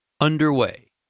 Underway